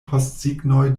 postsignoj